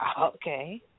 Okay